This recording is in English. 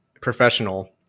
professional